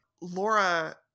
Laura